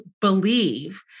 believe